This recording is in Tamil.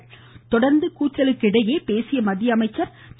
இதனைத்தொடர்ந்து கூச்சல்களுக்கிடையே பேசிய மத்தியஅமைச்சர் திரு